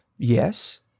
Yes